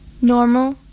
normal